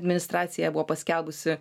administracija buvo paskelbusi